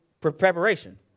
preparation